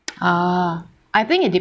ah I think it